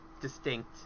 distinct